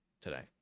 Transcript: today